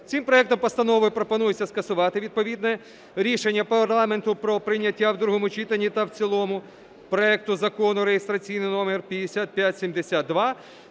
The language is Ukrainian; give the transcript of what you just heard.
Цим проектом постанови пропонується скасувати відповідне рішення парламенту про прийняття в другому читанні та в цілому проекту Закону, реєстраційний номер 5572,